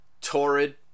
torrid